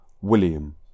William